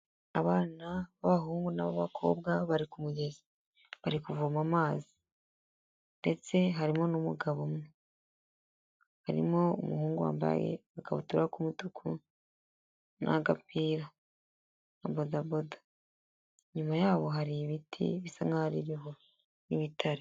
Abana b'abahungu n'ab'abakobwa bari ku mugezi bari kuvoma amazi, ndetse harimo n'umugabo, harimo umuhungu wambaye ikabutura y'umutuku n'agapira na bodaboda, inyuma yaho hari ibiti bisa nkaho hariho n'ibitare.